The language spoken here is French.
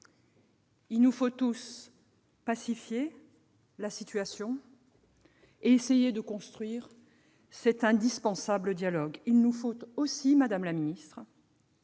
Nous devons tous pacifier la situation pour tenter de construire cet indispensable dialogue. Il nous faut aussi, madame la ministre,